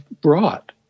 brought